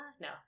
No